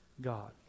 God